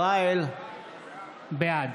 בעד